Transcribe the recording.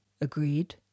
Agreed